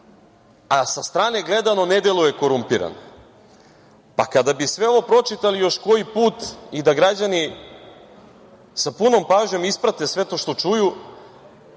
a sa strane gledano, ne deluje korumpirano. Pa kada bi sve ovo pročitali još koji put i da građani sa punom pažnjom isprate sve to što čuju,